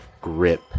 grip